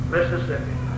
Mississippi